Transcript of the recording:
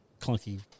clunky